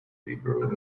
liberal